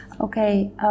Okay